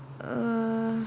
err